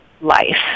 life